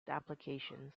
applications